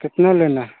कितना लेना है